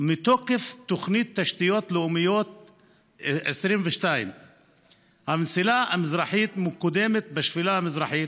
מתוקף תוכנית תשתיות לאומיות 22. המסילה המזרחית מקודמת בשפלה המזרחית.